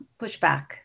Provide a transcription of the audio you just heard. pushback